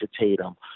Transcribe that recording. Tatum